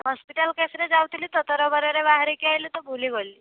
hospital କେସ୍ରେ ଯାଉଥିଲି ତ ତରବରରେ ବାହରିକି ଆଇଲି ତ ଭୁଲିଗଲି